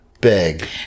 big